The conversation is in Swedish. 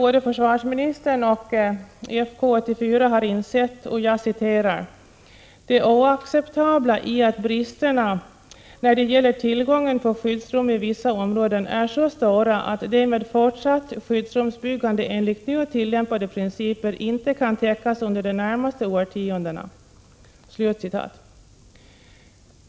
Både försvarsministern och försvarskommittén har insett ”det oacceptabla i att bristerna när det gäller tillgången på skyddsrum i vissa områden är så stora att de med fortsatt skyddsrumsbyggande enligt nu tillämpade principer inte kan täckas under de närmaste årtiondena”.